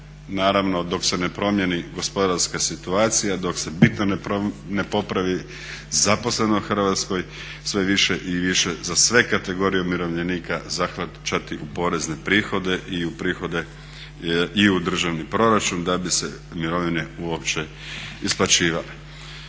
naravno dok se ne promjeni gospodarska situacija, dok se bitno ne popravi zaposlenost u Hrvatskoj sve više i više za sve kategorije umirovljenika zahvaćati u porezne prihode i u prihode i u državni proračun da bi se mirovine uopće isplaćivale.